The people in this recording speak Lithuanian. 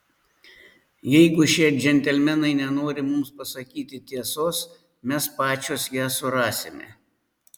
jeigu šie džentelmenai nenori mums pasakyti tiesos mes pačios ją surasime